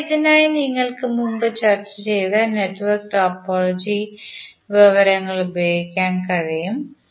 അതിനാൽ ഇതിനായി നിങ്ങൾക്ക് മുമ്പ് ചർച്ച ചെയ്ത നെറ്റ്വർക്ക് ടോപ്പോളജി വിവരങ്ങൾ ഉപയോഗിക്കാൻ കഴിയും